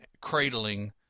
cradling